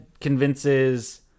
convinces